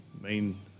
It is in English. main